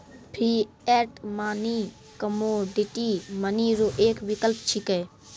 fiat money commodity money रो एक विकल्प छिकै